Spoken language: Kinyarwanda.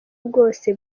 bwose